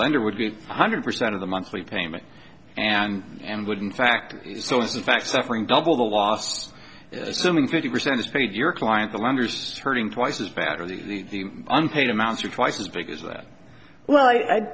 lender would be one hundred percent of the monthly payment and and would in fact so in fact suffering double the last fifty percent is paid your client the lenders hurting twice as bad or the unpaid amounts are twice as big as that well i